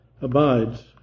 abides